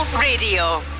Radio